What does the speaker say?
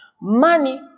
Money